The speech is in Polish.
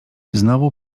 znowu